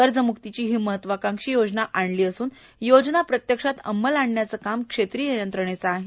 कर्जमुक्तीची ही महत्वाकांक्षी योजना आणली असून योजना प्रत्यक्ष अंमलात आणण्याचे काम क्षेत्रिय यंत्रणेचे आहे